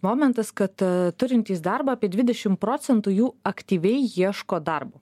momentas kad turintys darbą apie dvidešim procentų jų aktyviai ieško darbo